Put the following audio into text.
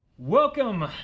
Welcome